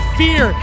fear